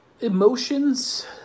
emotions